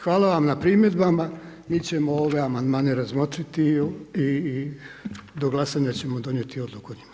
Hvala vam na primjedbama, mi ćemo ove amandmane razmotriti i do glasanja ćemo donijeti odluku o njima.